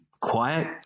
quiet